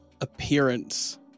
appearance